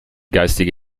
geistige